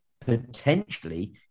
potentially